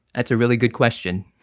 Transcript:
that's a really good question,